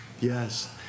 Yes